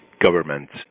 governments